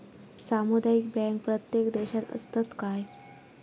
सामुदायिक बँक प्रत्येक देशात असतत काय?